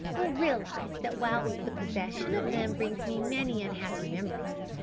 will realise that whilst the possession of them brings me many unhappy memories,